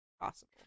possible